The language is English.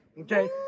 Okay